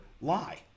lie